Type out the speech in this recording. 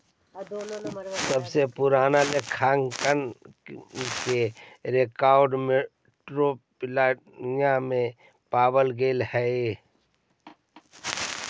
सबसे पूरान लेखांकन के रेकॉर्ड मेसोपोटामिया में पावल गेले हलइ